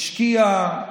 השקיע,